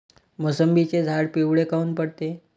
मोसंबीचे झाडं पिवळे काऊन पडते?